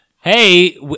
Hey